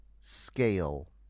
Scale